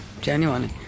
genuinely